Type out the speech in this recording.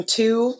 two